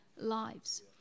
lives